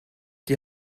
die